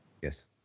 Yes